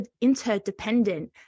interdependent